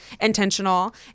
intentional